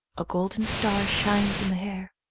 a golden star shines in the hair.